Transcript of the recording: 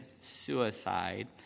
suicide